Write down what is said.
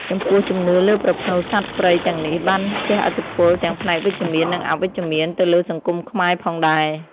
ចំពោះ ជំនឿលើប្រផ្នូលសត្វព្រៃទាំងនេះបានជះឥទ្ធិពលទាំងផ្នែកវិជ្ជមាន និងអវិជ្ជមានទៅលើសង្គមខ្មែរផងដែរ។